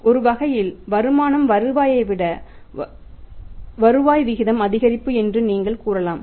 ஒரு வகையில் வருமான வருவாயை விட வருவாய் விகிதம் அதிகரிப்பு என்று நீங்கள் கூறலாம்